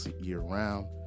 year-round